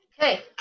okay